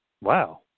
Wow